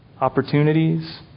opportunities